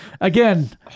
again